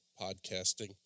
podcasting